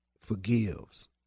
forgives